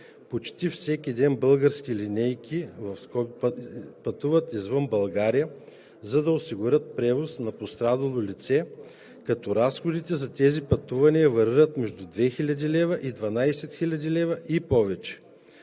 Почти всеки ден български „линейки“ пътуват извън България, за да осигурят превоз на пострадало лице, като разходите за тези пътувания варират между 2 хил. лв. и 12 хил. лв. и повече.